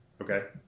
Okay